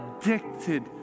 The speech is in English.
addicted